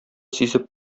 сизеп